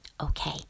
Okay